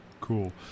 Cool